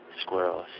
squirrels